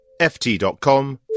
ft.com